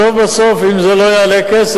בסוף בסוף, אם זה לא יעלה כסף,